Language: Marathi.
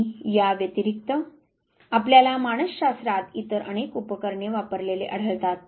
आणि या व्यतिरिक्त आपल्याला मानस शास्त्रात इतर अनेक उपकरणे वापरलेले आढळतात